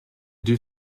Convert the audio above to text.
deux